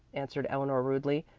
answered eleanor rudely.